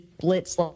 blitz